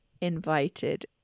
invited